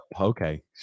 okay